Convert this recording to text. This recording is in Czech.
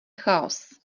chaos